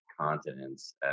continents